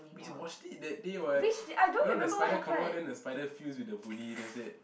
we watched it that day [what] you know the spider come out then the spider fuse with the bully that's it